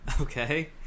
Okay